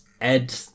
Ed